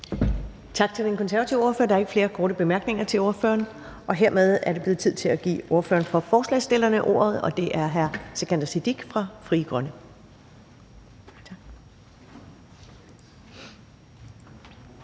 Tak til den konservative ordfører. Der er ikke flere korte bemærkninger til ordføreren. Hermed er det blevet tid til at give ordføreren for forslagsstillerne ordet, og det er hr. Sikandar Siddique fra Frie Grønne. Kl.